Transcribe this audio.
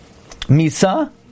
misa